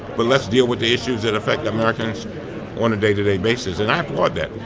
but let's deal with the issues that affect americans on a day-to-day basis. and i applaud that.